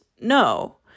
No